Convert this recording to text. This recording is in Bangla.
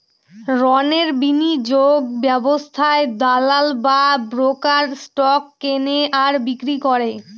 রণের বিনিয়োগ ব্যবস্থায় দালাল বা ব্রোকার স্টক কেনে আর বিক্রি করে